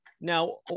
Now